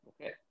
okay